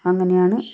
അങ്ങെനെ ആണ്